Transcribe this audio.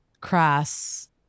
crass